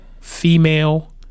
female